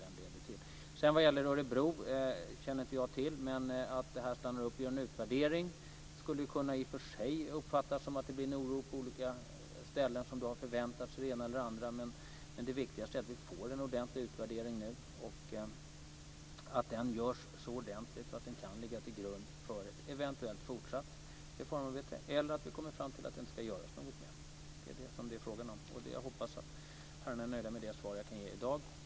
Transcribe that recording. När det sedan gäller Örebro vet jag inte. Men att det här stannar upp och att vi gör en utvärdering skulle i och för sig kunna innebära att det blir en oro på olika ställen där man har förväntat sig det ena eller det andra. Men det viktigaste är att vi nu får en ordentlig utvärdering och att den görs så ordentligt att den kan ligga till grund för ett eventuellt fortsatt reformarbete eller för att vi kommer fram till att det inte ska göras något mer. Det är det som det är fråga om. Jag hoppas att herrarna är nöjda med det svar som jag kan ge i dag.